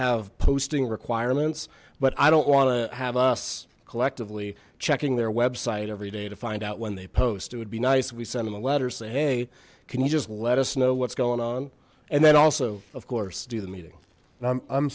have posting requirements but i don't want to have us collectively checking their website every day to find out when they post it would be nice if we send them a letter say hey can you just let us know what's going on and then also of course do the meeting